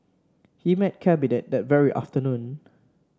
he met Cabinet that very afternoon